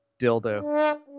dildo